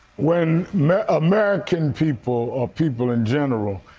when american people, or people in general,